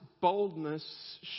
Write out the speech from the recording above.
boldness